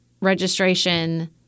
registration